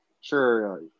sure